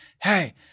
hey